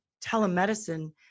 telemedicine